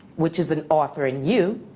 which is an author and you.